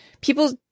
people